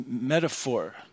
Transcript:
metaphor